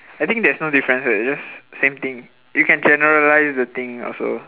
I think there's no difference eh it's just same thing you can generalise the thing also